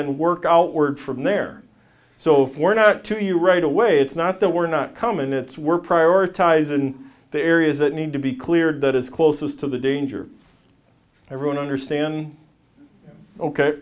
then work out word from there so for now to you right away it's not that we're not common it's we're prioritize and the areas that need to be cleared that is closest to the danger everyone understand ok